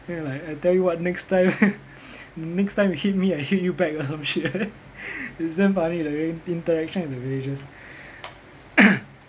then like I tell you what next time next time you hit me I hit you back or some shit it's damn funny the in~ interaction with the villagers